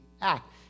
act